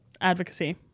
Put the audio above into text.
advocacy